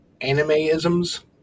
anime-isms